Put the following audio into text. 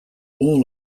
all